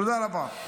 תודה רבה.